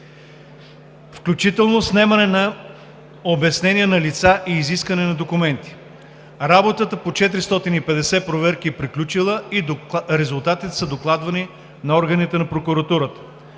включително снемане на обяснения на лица и изискване на документи. Работата по 450 проверки е приключила и резултатите са докладвани на органите на прокуратурата.